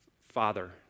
Father